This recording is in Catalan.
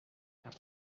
cap